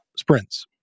sprints